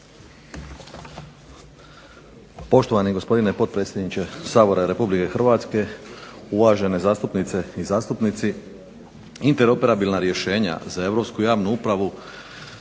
Poštovani gospodine potpredsjedniče Sabora Republike Hrvatske, uvažene zastupnice i zastupnici. Interoperabilna rješenja za europsku javnu upravu